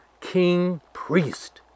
King-Priest